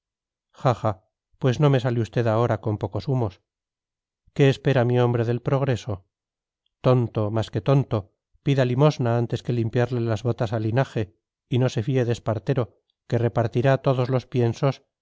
pues no me sale usted ahora con pocos humos qué espera mi hombre del progreso tonto más que tonto pida limosna antes que limpiarle las botas a linaje y no se fíe de espartero que repartirá todos los piensos